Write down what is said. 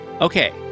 Okay